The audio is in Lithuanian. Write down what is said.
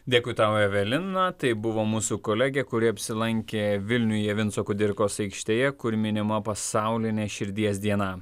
dėkui tau evelina tai buvo mūsų kolegė kuri apsilankė vilniuje vinco kudirkos aikštėje kur minima pasaulinė širdies diena